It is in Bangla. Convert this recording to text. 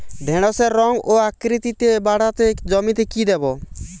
ঢেঁড়সের রং ও আকৃতিতে বাড়াতে জমিতে কি দেবো?